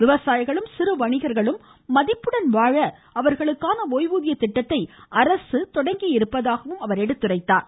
விவசாயிகளும் சிறு வணிகர்களும் மதிப்புடன் வாழ அவர்களுக்கான ஓய்வூதிய திட்டத்தை அரசு தொடங்கியிருப்பதாக எடுத்துரைத்தார்